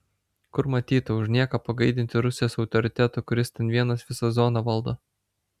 kur matyta už nieką pagaidinti rusijos autoritetą kuris ten vienas visą zoną valdo